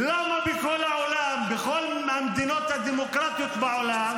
למה בכל העולם, בכל המדינות הדמוקרטיות בעולם,